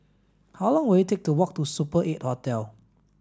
how long will it take to walk to Super eight Hotel